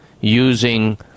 using